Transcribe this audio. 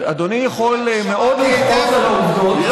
אדוני יכול לכעוס מאוד על העובדות, שמעתי אותן.